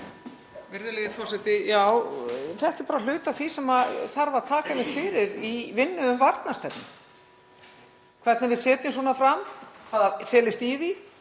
Virðulegi forseti. Já, þetta er bara hluti af því sem þarf að taka fyrir í vinnu um varnarstefnu, hvernig við setjum svona fram, hvað felist í því,